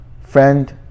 Friend